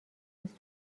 نیست